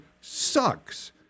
sucks